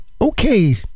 okay